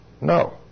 no